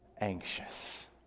anxious